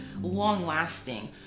long-lasting